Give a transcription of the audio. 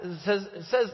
Says